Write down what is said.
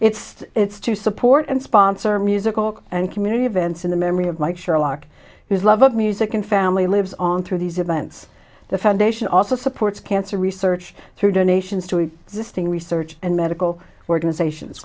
it's it's to support and sponsor musical and community events in the memory of like sherlock whose love of music and family lives on through these events the foundation also supports cancer research through donations to existing research and medical organizations